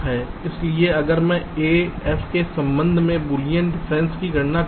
इसलिए अगर मैं a f संबंध में के बूलियन अंतर की गणना करता हूं